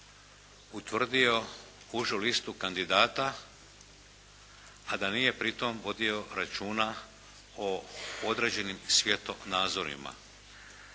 utvrdio užu listu kandidata, a da nije pritom vodio računa o određenim svjetonazorima.